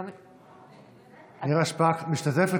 משתתפת?